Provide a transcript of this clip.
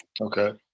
Okay